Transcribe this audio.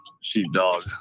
Sheepdog